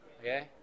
Okay